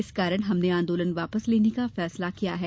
इस कारण हमने आंदोलन वापस लेने का फैसला लिया है